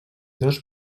dos